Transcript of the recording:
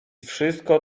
wszystko